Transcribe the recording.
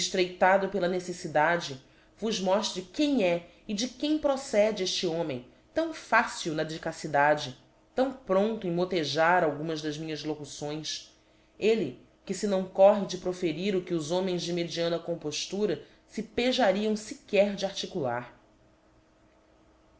eftreitado pela neceítidade vos mostre quem é e de quem procede efte homem tão fácil na dicacidade tão prompto em motejar algumas das minhas locuções elle que fe não corre de proferir o que homens de mediana compoftura fe pejariam fequer de articular